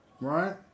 right